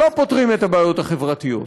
לא פותרים את הבעיות החברתיות,